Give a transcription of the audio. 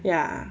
ya